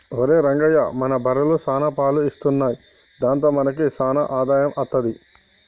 ఒరేయ్ రంగా మన బర్రెలు సాన పాలు ఇత్తున్నయ్ దాంతో మనకి సాన ఆదాయం అత్తది